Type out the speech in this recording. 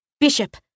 Bishop